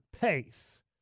pace